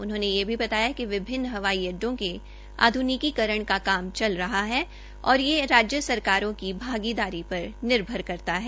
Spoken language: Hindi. उन्होंने यह भी बताया कि विभिन्न हवाई अड्डो के आध्निकीकरण का काम चल रहा है और यह राज्य सरकारों की भागीदारी पर निर्भर है